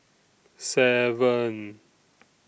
seven